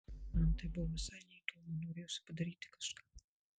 man tai buvo visai neįdomu norėjosi padaryti kažką